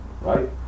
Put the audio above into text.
right